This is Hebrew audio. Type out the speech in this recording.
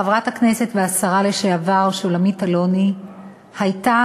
חברת הכנסת והשרה לשעבר שולמית אלוני הייתה